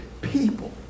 people